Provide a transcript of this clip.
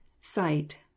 Sight